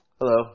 Hello